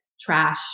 trash